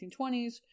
1920s